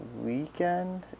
weekend